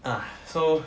ah so